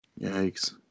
Yikes